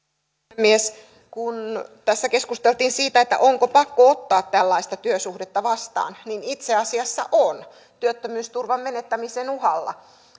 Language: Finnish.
puhemies kun tässä keskusteltiin siitä että onko pakko ottaa tällaista työsuhdetta vastaan niin itse asiassa on työttömyysturvan menettämisen uhalla